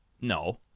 No